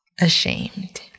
ashamed